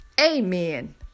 Amen